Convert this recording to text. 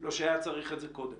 לא שהיה צריך את זה קודם,